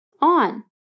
On